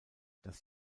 das